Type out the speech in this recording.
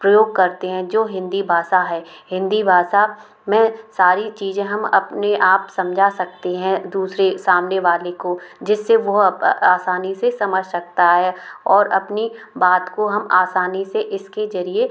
उपयोग करते हैं जो हिन्दी भाषा है हिन्दी भाषा में सारी चीज़ें हम अपने आप समझा सकते हैं दूसरे सामने वाले को जिससे वो आसानी से समझ सकता है और अपनी बात को हम आसानी से इसके ज़रिए